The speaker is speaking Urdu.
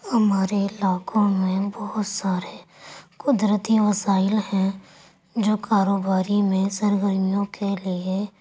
ہمارے علاقوں میں بہت سارے قدرتی وسائل ہیں جو کاروباری میں سرگرمیوں کے لیے